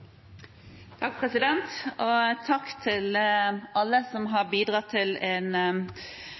Takk til alle som har bidratt til en